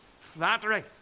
Flattery